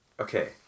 Okay